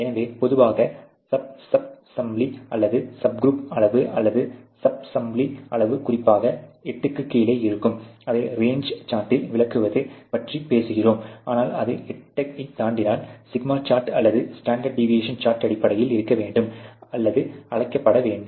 எனவே பொதுவாக sub sample அல்லது சப் குரூப் அளவு அல்லது சப் சாம்பிள் அளவுகள் குறிப்பாக 8 க்குக் கீழே இருக்கும் அதை ரேஞ்சு சார்ட்டில் விளக்குவது பற்றி நாம் பேசுகிறோம் ஆனால் அது 8 ஐத் தாண்டினால் σ சார்ட் அல்லது ஸ்டாண்டர்ட் டிவியேஷன் சார்ட் அடிப்படையில் இருக்க வேண்டும் அல்லது அழைக்கப்பட வேண்டும்